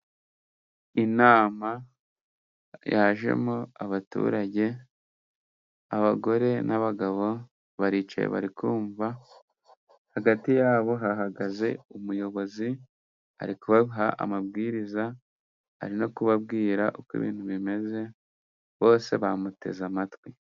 Inama yajemo abaturage. Abagore n'abagabo baricaye bari kumva, hagati yabo hahagaze umuyobozi, ari kubaha amabwiriza. Ari no kubabwira uko ibintu bimeze bose bamuteze amatwi.